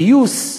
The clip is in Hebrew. פיוס,